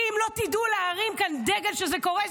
ואם לא תדעו להרים כאן דגל שזה קורה,